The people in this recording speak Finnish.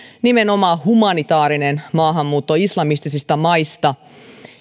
nimenomaan humanitaarinen maahanmuutto islamistisista maista